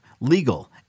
legal